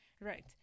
right